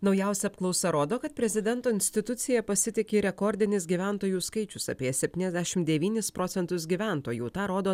naujausia apklausa rodo kad prezidento institucija pasitiki rekordinis gyventojų skaičius apie septyniasdešimt devynis procentus gyventojų tą rodo